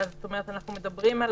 זאת אומרת, אנחנו מדברים על